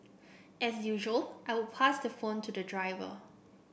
as usual I would pass the phone to the driver